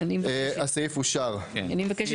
3 אושר.